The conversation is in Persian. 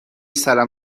سرم